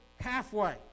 halfway